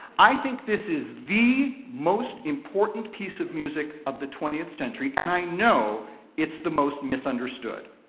i think this is the most important piece of music of the twentieth century, and i know it's the most misunderstood.